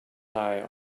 eye